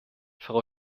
frau